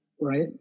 Right